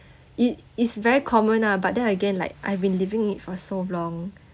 it it's very common ah but then again like I've been living it for so long